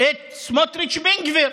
את סמוטריץ' ובן גביר